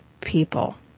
people